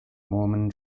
mormon